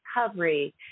recovery